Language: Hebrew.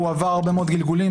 והוא עבר הרבה מאוד גלגולים,